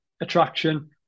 attraction